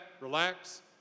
relax